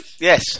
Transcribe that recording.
yes